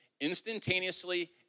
Instantaneously